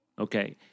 Okay